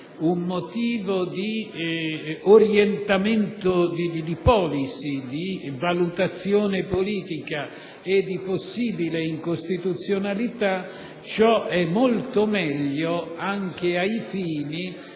un motivo di orientamento, di *policy*, di valutazione politica, e uno di possibile incostituzionalità, ciò è molto meglio anche ai fini